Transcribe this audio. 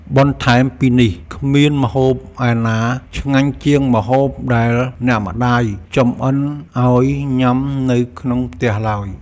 បន្ថែមពីនេះ គ្មានម្ហូបឯណាឆ្ងាញ់ជាងម្ហូបដែលអ្នកម្តាយចម្អិនឱ្យញ៉ាំនៅក្នុងផ្ទះឡើយ។